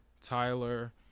Tyler